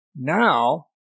Now